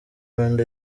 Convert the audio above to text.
rwanda